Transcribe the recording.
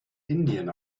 indien